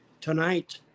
tonight